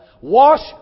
wash